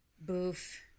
Boof